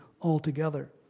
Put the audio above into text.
altogether